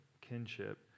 kinship